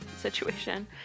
situation